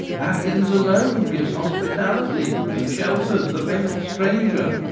athens alone gives hospitality and shelters the vexed stranger,